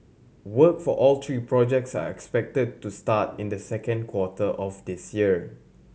work for all three projects are expected to start in the second quarter of this year